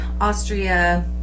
Austria